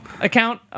account